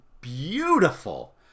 Beautiful